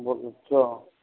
ਬੋਲੋ ਅੱਛਾ